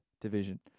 division